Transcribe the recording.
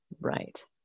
Right